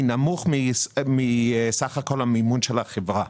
הוא נמוך מסך כל המימון של החברה.